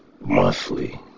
monthly